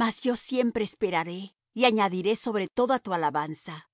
mas yo siempre esperaré y añadiré sobre toda tu alabanza